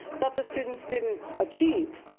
that the students didn't achieve.